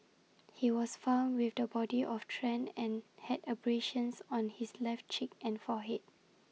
he was found with the body of Tran and had abrasions on his left cheek and forehead